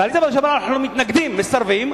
עליזה אמרה: אנחנו מתנגדים, מסרבים.